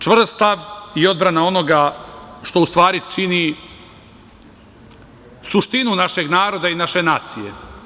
Čvrst stav i odbrana onoga što u stvari čini suštinu našeg naroda i naše nacije.